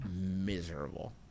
miserable